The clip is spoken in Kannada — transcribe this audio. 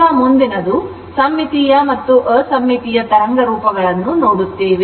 ಈಗ ಮುಂದಿನದು ಸಮ್ಮಿತೀಯ ಮತ್ತು ಅಸಮ್ಮಿತೀಯ ತರಂಗ ರೂಪಗಳನ್ನು ನೋಡುತ್ತೇವೆ